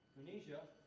tunisia.